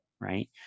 right